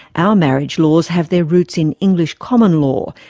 our marriage laws have their roots in english common law,